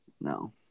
No